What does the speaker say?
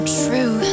true